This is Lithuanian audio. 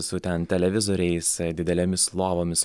su ten televizoriais didelėmis lovomis